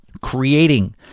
creating